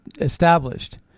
established